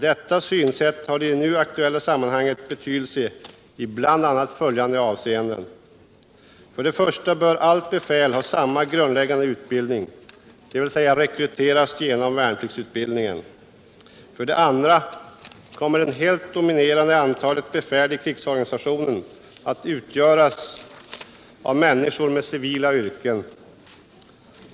Detta synsätt har i det nu aktuella sammanhanget betydelse i bl.a. följande avseenden. För det första bör allt befäl ha samma grundläggande utbildning, dvs. rekryteras genom värnpliktsutbildningen. För det andra kommer det helt dominerande antalet befäl i krigsorganisationen att utgöras av människor med civila yrken.